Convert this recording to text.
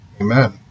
Amen